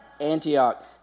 Antioch